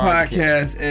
Podcast